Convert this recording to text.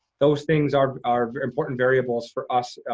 those things are are important variables for us,